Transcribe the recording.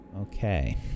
Okay